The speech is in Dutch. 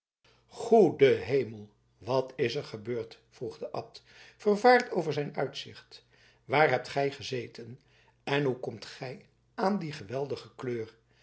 goede hemel wat is er gebeurd vroeg de abt vervaard over zijn uitzicht waar hebt gij gezeten en hoe komt gij aan die geweldige kleur